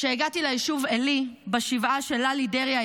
כשהגעתי ליישוב עלי בשבעה של ללי דרעי,